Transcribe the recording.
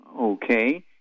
Okay